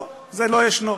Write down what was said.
לא, זה לא ישנו.